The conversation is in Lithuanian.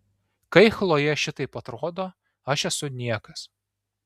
kai chlojė šitaip atrodo aš esu niekas